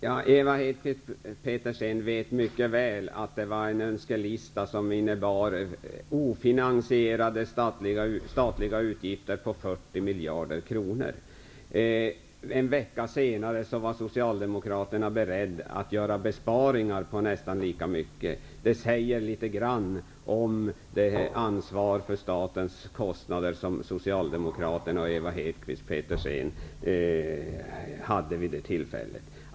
Herr talman! Ewa Hedkvist Petersen vet mycket väl att det var en önskelista som innebar ofinansierade statliga utgifter på 40 miljarder kronor. En vecka senare var socialdemokraterna beredda att göra besparingar på nästan lika mycket. Det säger litet grand om det ansvar för statens kostnader som socialdemokraterna och Ewa Hedkvist Petersen tog vid det tillfället.